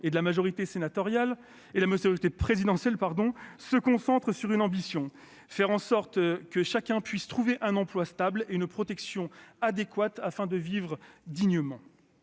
et de la majorité présidentielle se concentre sur une ambition : faire en sorte que chacun puisse trouver un emploi stable et une protection adéquate, afin de vivre dignement.